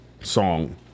song